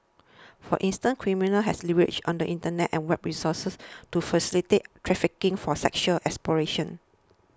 for instance criminals has leverage on the Internet and web resources to facilitate trafficking for sexual exploitation